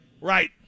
Right